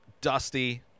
Dusty